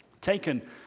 taken